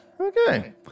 Okay